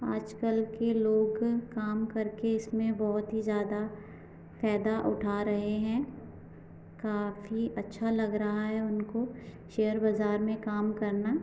आजकल के लोग काम करके इसमें बहुत ही ज्यादा फायदा उठा रहे हैं काफी अच्छा लग रहा है उनको शेयर बाजार में काम करना